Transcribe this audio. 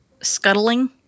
scuttling